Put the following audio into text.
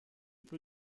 peu